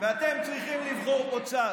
ואתם צריכים לבחור פה צד,